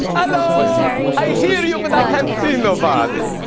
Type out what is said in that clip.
hello! i hear you, but i can't see nobody.